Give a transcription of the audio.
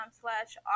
slash